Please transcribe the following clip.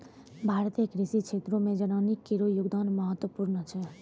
भारतीय कृषि क्षेत्रो मे जनानी केरो योगदान महत्वपूर्ण छै